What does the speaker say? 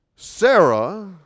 Sarah